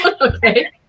Okay